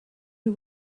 who